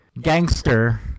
gangster